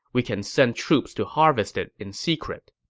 we can send troops to harvest it in secret.